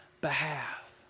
behalf